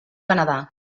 canadà